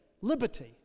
liberty